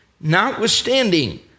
Notwithstanding